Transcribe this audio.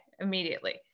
immediately